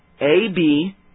AB